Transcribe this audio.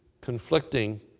conflicting